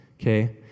okay